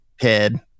head